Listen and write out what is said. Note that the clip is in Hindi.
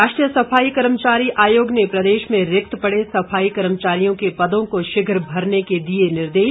राष्ट्रीय सफाई कर्मचारी आयोग ने प्रदेश में रिक्त पड़े सफाई कर्मचारियों के पदों को शीघ्र भरने के दिए निर्देश